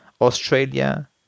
Australia